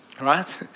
right